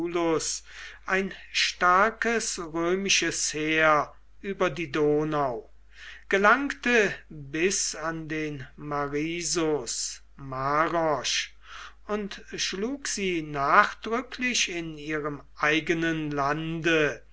ein starkes römisches heer über die donau gelangte bis an den marisus marosch und schlug sie nachdrücklich in ihrem eigenen lande